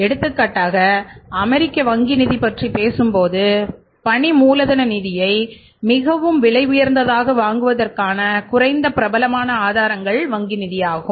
எடுத்துக்காட்டாக அமெரிக்க வங்கி நிதி பற்றி பேசும்போது பணி மூலதன நிதியை மிகவும் விலையுயர்ந்ததாக வழங்குவதற்கான குறைந்த பிரபலமான ஆதாரங்கள் வங்கி நிதிஆகும்